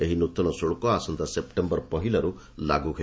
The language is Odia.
ଏହି ନୃତନ ଶୁଳ୍କ ଆସନ୍ତା ସେପ୍ଟେମ୍ବର ପହିଲାରୁ ଲାଗୁ ହେବ